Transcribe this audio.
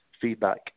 feedback